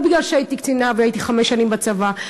לא בגלל שהייתי קצינה והייתי חמש שנים בצבא,